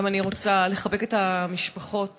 גם אני רוצה לחבק את המשפחות